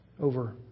over